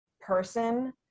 person